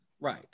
Right